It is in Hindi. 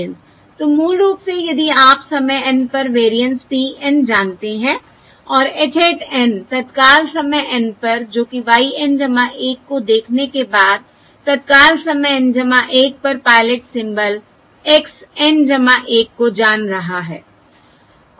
तो मूल रूप से यदि आप समय N पर वेरिएंस p N जानते हैं और h hat N तत्काल समय N पर जो कि y N 1 को देखने के बाद तत्काल समय N 1 पर पायलट सिंबल x N 1 को जान रहा है